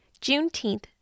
Juneteenth